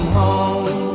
home